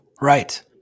Right